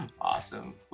Awesome